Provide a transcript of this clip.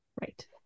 Right